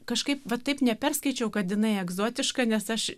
kažkaip vat taip neperskaičiau kad jinai egzotiška nes aš